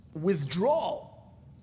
Withdrawal